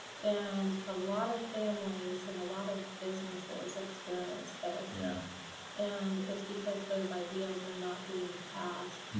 and a lot of families and a lot of businesses experience this yeah and it's because those ideals are not being passed.